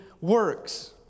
works